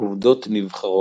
עבודות נבחרות